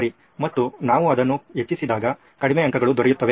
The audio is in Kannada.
ಸರಿ ಮತ್ತು ನಾವು ಅದನ್ನು ಹೆಚ್ಚಿಸಿದಾಗ ಕಡಿಮೆ ಅಂಕಗಳು ದೊರೆಯುತ್ತವೆ